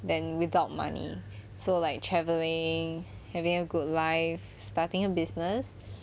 than without money so like travelling having a good life starting a business